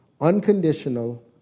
Unconditional